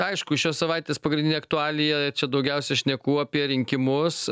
aišku šios savaitės pagrindinė aktualija čia daugiausia šnekų apie rinkimus